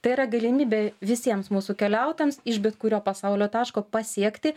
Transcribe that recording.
tai yra galimybė visiems mūsų keliautojams iš bet kurio pasaulio taško pasiekti